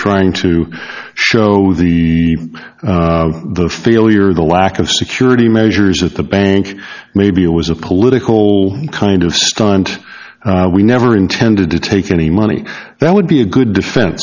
trying to show the the failure the lack of security measures at the bank maybe it was a political kind of stunt we never intended to take any money that would be a good defen